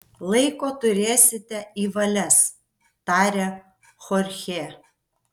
laiko turėsite į valias tarė chorchė